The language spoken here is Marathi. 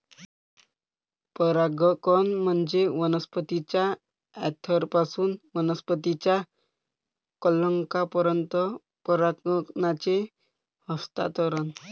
परागकण म्हणजे वनस्पतीच्या अँथरपासून वनस्पतीच्या कलंकापर्यंत परागकणांचे हस्तांतरण